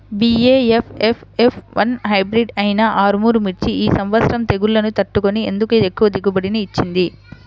BASF F one hybrid అయినా Armour మిర్చి ఈ సంవత్సరం తెగుళ్లును తట్టుకొని ఎందుకు ఎక్కువ దిగుబడి ఇచ్చింది?